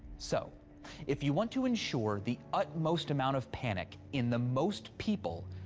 so if you want to ensure the utmost amount of panic in the most people,